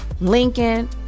Lincoln